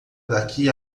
daqui